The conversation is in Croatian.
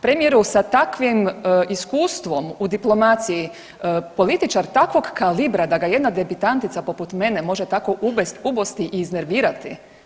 Premijeru, sa takvim iskustvom u diplomaciji političar takvog kalibra da ga jedna debitantica poput mene može tako ubosti i iznervirati?